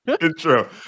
intro